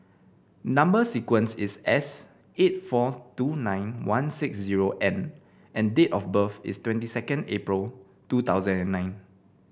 number sequence is S eight four two nine one six zero N and date of birth is twenty two April two thousand and nine